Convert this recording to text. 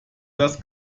das